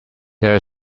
there